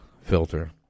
filter